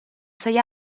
sei